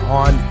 on